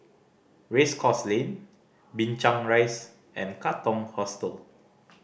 Race Course Lane Binchang Rise and Katong Hostel